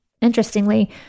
Interestingly